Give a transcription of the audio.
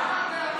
עודה,